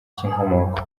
cy’inkomoko